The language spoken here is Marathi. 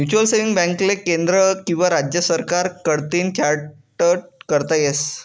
म्युचलसेविंग बॅकले केंद्र किंवा राज्य सरकार कडतीन चार्टट करता येस